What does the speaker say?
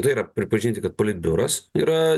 tai yra pripažinti kad politbiuras yra